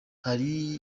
hari